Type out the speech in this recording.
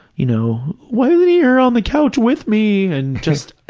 you know, why isn't he here on the couch with me, and just,